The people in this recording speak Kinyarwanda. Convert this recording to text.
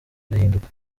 birahinduka